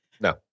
No